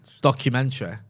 Documentary